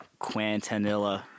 Quintanilla